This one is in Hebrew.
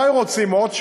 מתי רוצים עוד?